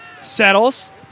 Settles